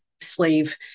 slave